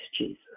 Jesus